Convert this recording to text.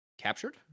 captured